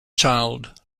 child